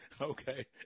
Okay